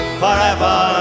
forever